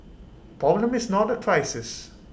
A problem is not A crisis